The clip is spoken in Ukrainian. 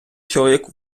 чоловік